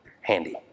handy